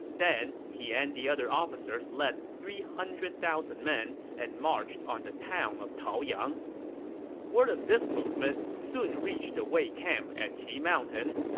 then, he and the other officers led three hundred thousand men and marched on the town of taoyang word of this movement soon reached the wei camp at qi mountain.